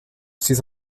ses